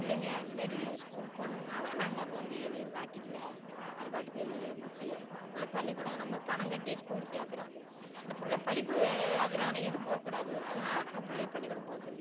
இல்லைங்க இந்தமாரி ஸ்கூல் போனதினால நாங்கள் அது வந்து எதையும் காட்டிக்கல அதுபாட்டுக்கு வெளியில் இருந்துச்சு பிள்ள பள்ளிக்கூடம் நம்ம பணம் கட்டி ஸ்கூலு சேர்க்குறோம் அந்த பிள்ள படிப்பு அதனுடைய இது போகக்கூடாது அதனால் நாங்கள் பிள்ளைய பள்ளிக்கூடம் போக சொல்லிவிட்டோம்